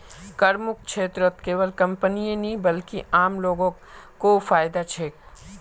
करमुक्त क्षेत्रत केवल कंपनीय नी बल्कि आम लो ग को फायदा छेक